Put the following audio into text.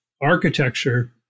architecture